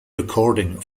recording